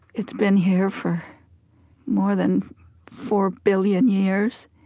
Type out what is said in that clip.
it's been here for more than four billion years.